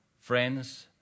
friends